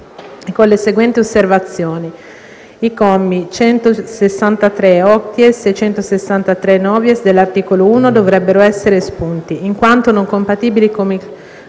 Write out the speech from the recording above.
con le seguenti osservazioni: - i commi 163-*octies* e 163-*novies* dell'articolo 1 dovrebbero essere espunti, in quanto non compatibili con il comma